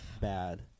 Bad